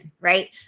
right